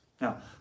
Now